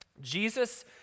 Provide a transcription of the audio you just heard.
Jesus